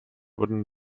wurden